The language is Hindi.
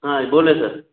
हाँ बोलें सर